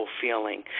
feeling